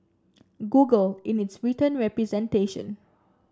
Google in its written representation